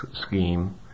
scheme